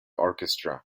orchestra